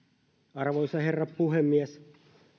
arvoisa herra puhemies